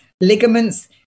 ligaments